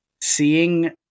seeing